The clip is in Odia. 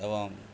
ଏବଂ